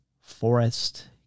forest